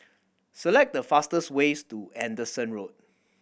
select the fastest ways to Anderson Road